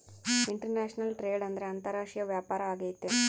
international trade ಅಂದ್ರೆ ಅಂತಾರಾಷ್ಟ್ರೀಯ ವ್ಯಾಪಾರ ಆಗೈತೆ